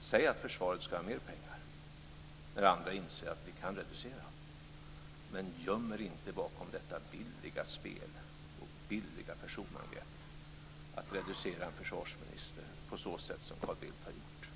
Säg att försvaret skall ha mer pengar, även om andra inser att vi kan reducera det, men göm er inte bakom detta billiga spel, detta billiga personangrepp att reducera en försvarsminister på så sätt som Carl Bildt har gjort.